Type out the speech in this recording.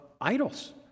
idols